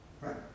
right